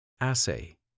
assay